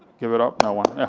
give it up, no one,